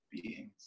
beings